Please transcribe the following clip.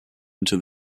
into